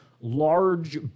large